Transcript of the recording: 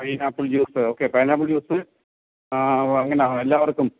pineapple juice okay pineapple juice എങ്ങനെയാ എല്ലാവർക്കും